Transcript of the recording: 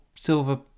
Silver